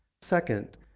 Second